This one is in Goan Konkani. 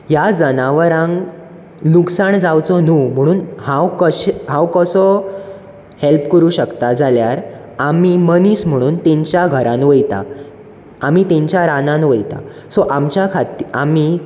ह्या जनावरांक लुकसाण जावचो न्हू म्हणून हांव कशें हांव कसो हेल्प करूंक शकता जाल्यार आमी मनीस म्हणून तेंच्या घरांत वयतात आमी तेंच्या रानांत वयता सो आमच्या खातीर आमी